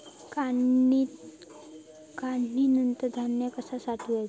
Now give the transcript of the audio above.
काढणीनंतर धान्य कसा साठवुचा?